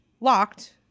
locked